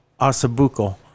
Asabuco